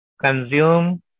consume